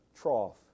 trough